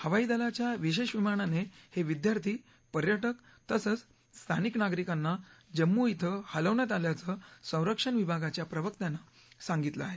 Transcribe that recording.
हवाई दलाच्या विशेष विमानाने हे विद्यार्थी पर्यटक तसंच स्थानिक नागरिकांना जम्मू इथं हलवण्यात आल्याचं संरक्षण विभागाच्या प्रवक्त्यानं सांगितलं आहे